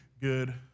good